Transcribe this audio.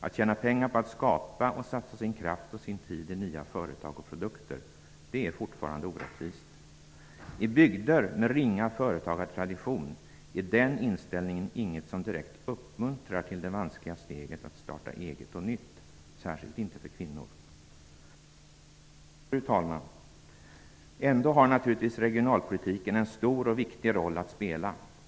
Att tjäna pengar på att skapa och satsa sin kraft och sin tid i nya företag och produkter är fortfarande orättvist. I bygder med ringa företagartradition är den inställningen inget som direkt uppmuntrar till det vanskliga steget att starta eget och nytt, särskilt inte för kvinnor. Herr talman! Ändå har naturligtvis regionalpolitiken en stor och viktig roll att spela.